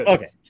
Okay